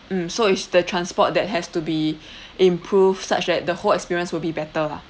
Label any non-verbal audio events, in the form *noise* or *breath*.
mm so it's the transport that has to be *breath* improved such that the whole experience will be better lah